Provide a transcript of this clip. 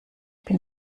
bin